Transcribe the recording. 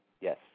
yes